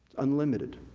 unlimited.